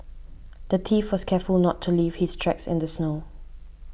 the thief was careful not to leave his tracks in the snow